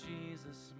Jesus